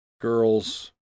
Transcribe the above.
girls